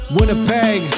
Winnipeg